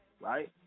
right